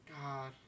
God